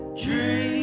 dream